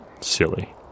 Silly